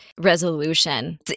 resolution